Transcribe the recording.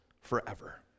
forever